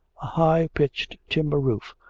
a high-pitched timber roof,